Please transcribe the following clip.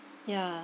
yeah